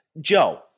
Joe